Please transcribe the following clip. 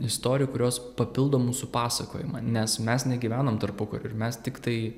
istorijų kurios papildo mūsų pasakojimą nes mes negyvenom tarpukariu ir mes tiktai